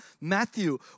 Matthew